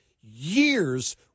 years